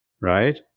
right